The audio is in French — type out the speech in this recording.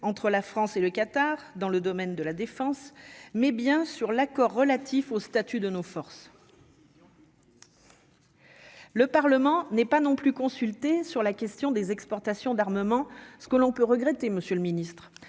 entre la France et le Qatar, dans le domaine de la défense mais bien sûr l'accord relatif au statut de nos forces. Le Parlement n'est pas non plus consultés sur la question des exportations d'armement, ce que l'on peut regretter, Monsieur le Ministre,